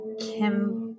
Kim